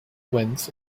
wins